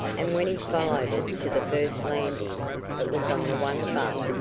and when he followed it to the first landing it was on the one above,